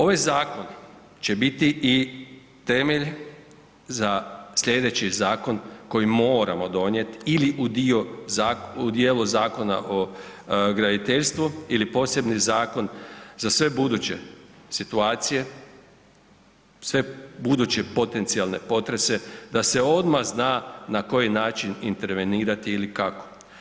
Ovaj zakon će biti i temelj za slijedeći zakon koji moramo donijeti ili u dio zakona, u dijelu zakona o graditeljstvu ili posebni zakon za sve buduće situacije, sve buduće potencijalne potrese da se odmah zna na koji način intervenirati ili kako.